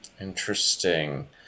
interesting